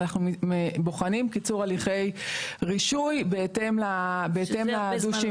ואנחנו בוחנים קיצור הליכי רישוי בהתאם לדו-שימוש.